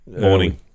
morning